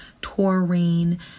taurine